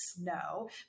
No